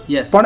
Yes